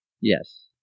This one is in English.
Yes